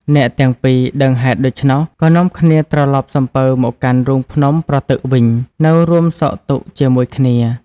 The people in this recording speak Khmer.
អ្នកទាំងពីរដឹងហេតុដូច្នោះ ក៏នាំគ្នាត្រឡប់សំពៅមកកាន់រូងភ្នំប្រទឹកវិញ នៅរួមសុខទុក្ខជាមួយគ្នា ។